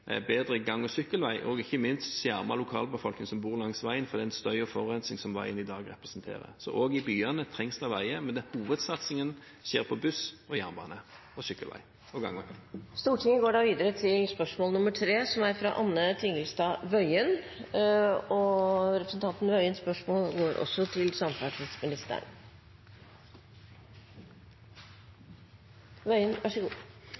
bedre gang- og sykkelvei og ikke minst å skjerme lokalbefolkningen som bor langs veien, for den støy og forurensning som veien i dag representerer. Også i byene trengs det veier, men hovedsatsingen skjer på buss og jernbane, sykkelvei og